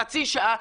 חצי שעה,